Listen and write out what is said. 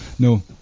No